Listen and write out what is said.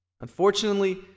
Unfortunately